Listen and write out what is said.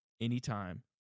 anytime